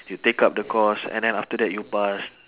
you take up the course and then after that you pass